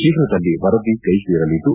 ಶೀಘ್ರದಲ್ಲೇ ವರದಿ ಕೈ ಸೇರಲಿದ್ದು